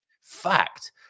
fact